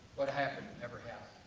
what happened? it never happened.